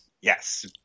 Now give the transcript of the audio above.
yes